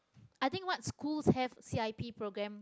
I think what's cool to have C_I_P program